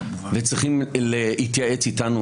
צריך להתייעץ איתנו,